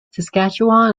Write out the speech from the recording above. saskatchewan